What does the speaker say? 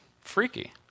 Freaky